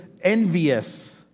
envious